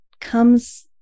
comes